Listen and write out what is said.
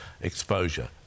exposure